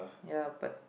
ya but